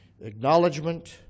acknowledgement